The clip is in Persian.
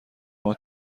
ماه